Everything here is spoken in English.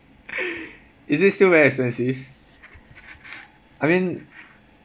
is it still very expensive I mean